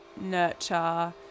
nurture